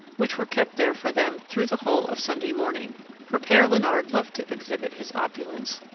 which were kept there for them through the whole of sunday morning for pere leonard loved to exhibit his opulence,